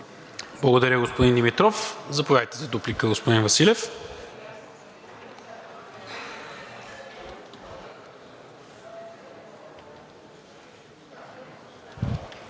Благодаря, господин Димитров. Заповядайте за дуплика, господин Василев.